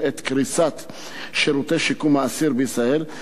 את קריסת שירותי שיקום האסיר בישראל.